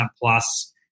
plus